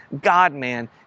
God-man